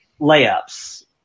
layups